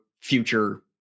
future